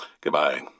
Goodbye